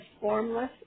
formless